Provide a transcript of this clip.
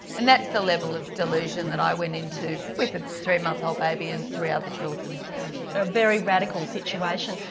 and that's the level of delusion that i went into with a three-month-old baby and three other children. a very radical situation.